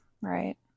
Right